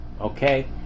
Okay